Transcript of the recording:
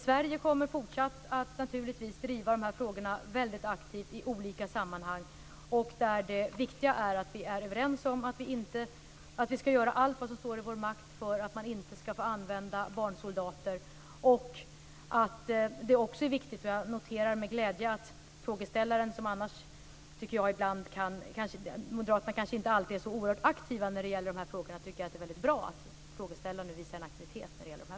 Sverige kommer naturligtvis i fortsättningen att driva de här frågorna väldigt aktivt i olika sammanhang. Där är det viktiga att vi är överens om att vi ska göra allt vad som står i vår makt för att barnsoldater inte ska få användas. Moderaterna är kanske inte alltid så oerhört aktiva när det gäller de här frågorna, och därför noterar jag med glädje och tycker att det är bra att frågeställaren nu visar en aktivitet här.